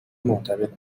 مرتبط